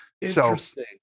Interesting